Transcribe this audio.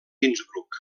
innsbruck